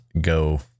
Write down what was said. go